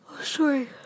sorry